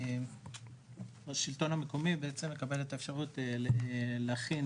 השלטון המקומי מקבל את האפשרות להכין